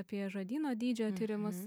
apie žodyno dydžio tyrimus